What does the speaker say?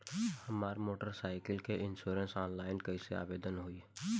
हमार motor cycle के insurance online कईसे आवेदन होई?